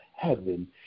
Heaven